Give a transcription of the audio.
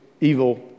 evil